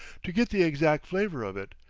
to get the exact flavor of it,